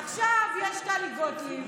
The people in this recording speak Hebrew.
עכשיו יש טלי גוטליב,